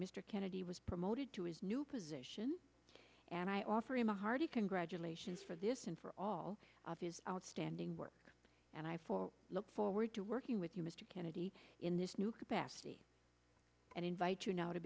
mr kennedy was promoted to his new position and i offer him a hearty congratulations for this and all of these outstanding work and i look forward to working with you mr kennedy in this new capacity and invite you now to